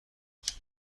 بود